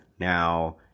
Now